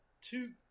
two